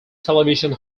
television